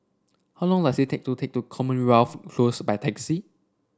how long does it take to take to Commonwealth Close by taxi